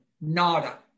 Nada